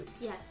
Yes